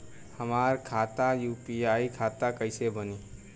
हमार खाता यू.पी.आई खाता कईसे बनी?